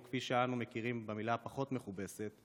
או כפי שאנו מכירים במילה פחות מכובסת,